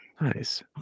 Nice